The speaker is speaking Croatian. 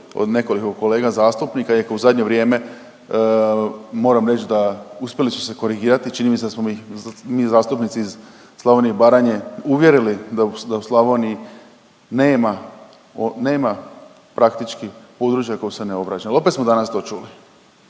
od nekoliko kolega zastupnika koji u zadnje vrijeme moram reć da uspjeli su se korigirati, čini mi se da smo ih mi zastupnici iz Slavonije i Baranje uvjerili da u Slavoniji nema, nema praktički …/Govornik se ne razumije./…kojoj se ne